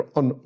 on